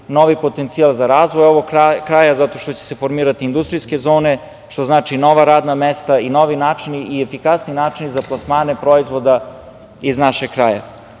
novi potencijal za razvoj ovog kraja zato što će se formirati industrijske zone, što znači nova radna mesta i novi načini i efikasni načini za plasmane proizvoda iz našeg